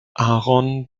aaron